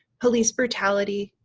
police brutality,